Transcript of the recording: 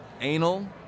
Anal